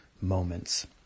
moments